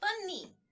funny